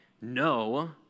no